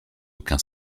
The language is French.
aucun